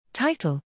Title